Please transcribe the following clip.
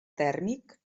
tèrmic